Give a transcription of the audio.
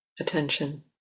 attention